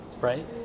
right